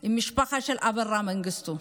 עם משפחתו של אברה מנגיסטו.